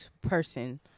person